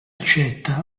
accetta